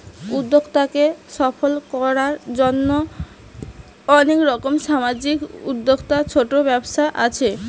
উদ্যোক্তাকে সফল কোরার জন্যে অনেক রকম সামাজিক উদ্যোক্তা, ছোট ব্যবসা আছে